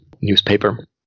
newspaper